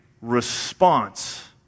response